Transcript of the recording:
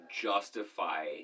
justify